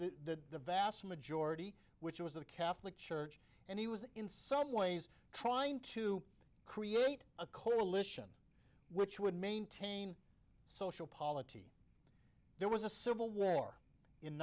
the vast majority which was the catholic church and he was in some ways trying to create a coalition which would maintain social polity there was a civil war in